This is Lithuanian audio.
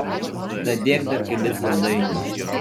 dadėk dar kelis saldainius